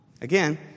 again